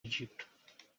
egypt